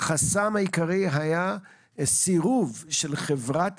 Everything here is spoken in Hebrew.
החסם העיקרי היה סירוב של חברת